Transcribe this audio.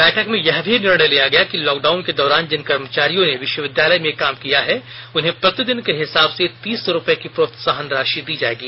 बैठक में यह भी निर्णय लिया गया कि लॉकडाउन के दौरान जिन कर्मचारियों ने विश्वविद्यालय में काम किया है उन्हें प्रतिदिन के हिसाब से तीस रूपये की प्रोत्साहन राशि दी जाएगी